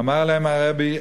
אמר להם הרבי: